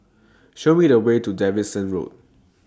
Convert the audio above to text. Show Me The Way to Davidson Road